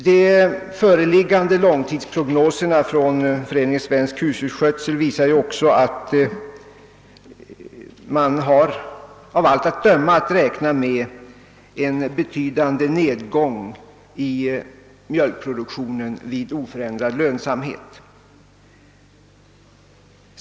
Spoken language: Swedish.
De föreliggande långtidsprognoserna från Föreningen svensk husdjursskötsel visar att man av allt att döma har att räkna med en betydande nedgång i mjölkproduktionen vid oförändrad lönsamhet.